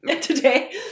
today